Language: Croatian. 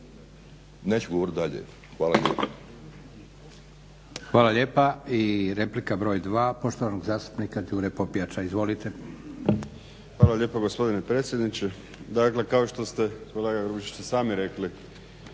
neću govorit dalje. Hvala lijepo. **Leko, Josip (SDP)** Hvala lijepa. I replika broj dva poštovanog zastupnika Đure Popijača. Izvolite. **Popijač, Đuro (HDZ)** Hvala lijepo gospodine predsjedniče. Dakle, kao što ste kolega Grubišiću sami rekli